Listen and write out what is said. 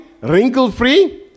wrinkle-free